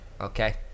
okay